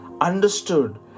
understood